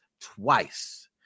twice